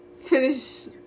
finish